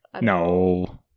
no